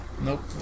Nope